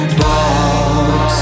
box